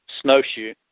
Snowshoe